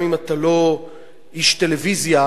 גם אם אתה לא איש טלוויזיה,